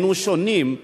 היינו שונים,